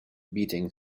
beating